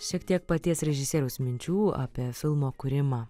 šiek tiek paties režisieriaus minčių apie filmo kūrimą